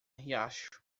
riacho